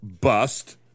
bust